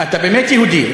אתה באמת יהודי.